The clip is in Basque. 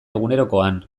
egunerokoan